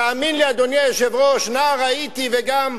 תאמין לי, אדוני היושב-ראש, נער הייתי וגם,